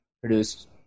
produced